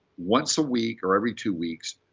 once a week, or every two weeks,